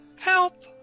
Help